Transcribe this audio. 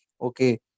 Okay